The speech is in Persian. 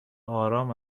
آرام